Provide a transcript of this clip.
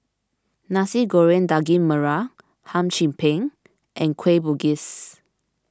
Nasi Goreng Daging Merah Hum Chim Peng and Kueh Bugis